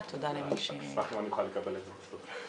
אז בוא נעבור לשקף 28 בבקשה.